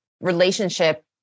relationship